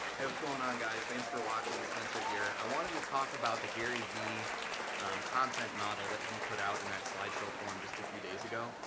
going on guys. thanks for watching, spencer here. i wanted to talk about the garyvee content model that he put out in that slideshow forum just a few days ago.